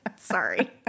sorry